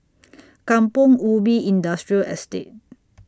Kampong Ubi Industrial Estate